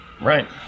Right